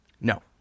No